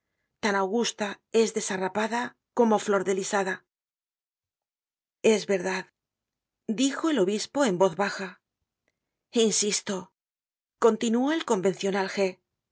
tan augusta os desarrapada como flordelisada es verdad dijo el obispo en voz baja insisto continuó el convencional g